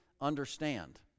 understand